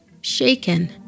Shaken